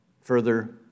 further